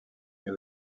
mais